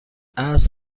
عصر